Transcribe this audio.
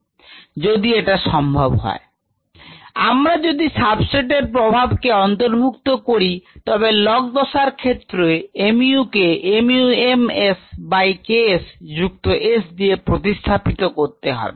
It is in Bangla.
যদি এটা সম্ভব হয় আমরা যদি সাবস্ট্রেট এর প্রভাব কে অন্তর্ভুক্ত করি তবে log দশার ক্ষেত্রে mu কে mu m S by K s যুক্ত S দিয়ে প্রতিস্থাপিত করতে হবে